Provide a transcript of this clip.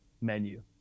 menu